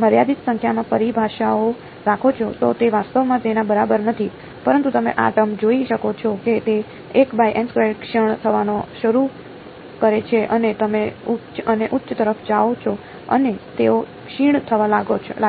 મર્યાદિત સંખ્યામાં પરિભાષાઓ રાખો છો તો તે વાસ્તવમાં તેના બરાબર નથી પરંતુ તમે આ ટર્મ જોઈ શકો છો કે તેઓ ક્ષીણ થવાનું શરૂ કરે છે અને તમે ઉચ્ચ અને ઉચ્ચ તરફ જાઓ છો અને તેઓ ક્ષીણ થવા લાગે છે